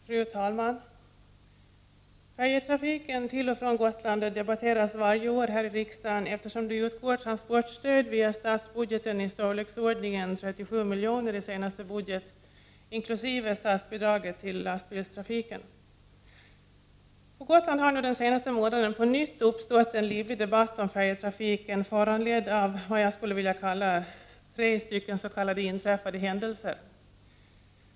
Fru talman! Färjetrafiken till och från Gotland debatteras varje år här i riksdagen, eftersom transportstöd utgår via statsbudgeten med i storleksordningen 37 miljoner i senaste budget, inkl. statsbidraget till lastbilstrafiken. På Gotland har den senaste månaden på nytt uppstått en livlig debatt om färjetrafiken föranledd av tre s.k. inträffade händelser.